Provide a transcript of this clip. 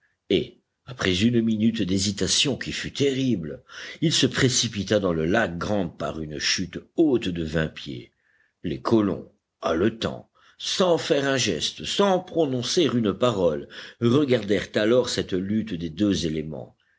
et après une minute d'hésitation qui fut terrible il se précipita dans le lac grant par une chute haute de vingt pieds les colons haletants sans faire un geste sans prononcer une parole regardèrent alors cette lutte des deux éléments